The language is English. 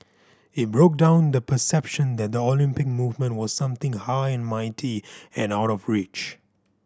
it broke down the perception that the Olympic movement was something high and mighty and out of reach